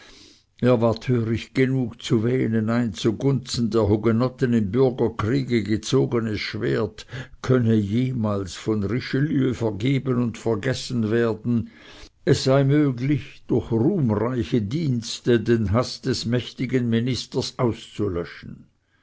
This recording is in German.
er war töricht genug zu wähnen ein zugunsten der hugenotten im bürgerkriege gezogenes schwert könne jemals von richelieu vergeben und vergessen werden es sei möglich durch ruhmreiche dienste den haß des mächtigen ministers auszulöschen